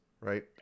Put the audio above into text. right